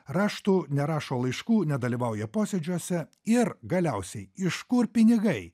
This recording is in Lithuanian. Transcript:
raštų nerašo laiškų nedalyvauja posėdžiuose ir galiausiai iš kur pinigai